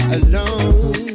alone